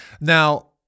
Now